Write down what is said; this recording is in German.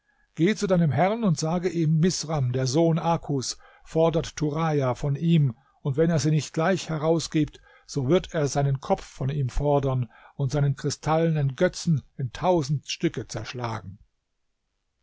geh zu deinem herrn und sage ihm misram der sohn akus fordert turaja von ihm und wenn er sie nicht gleich herausgibt so wird er seinen kopf von ihm fordern und seinen kristallenen götzen in tausend stücke zerschlagen